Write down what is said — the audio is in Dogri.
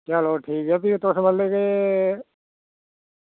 चलो ठीक ऐ फ्ही तुस मतलब कि